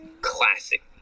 classic